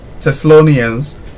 Thessalonians